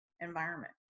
environment